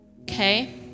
Okay